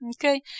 Okay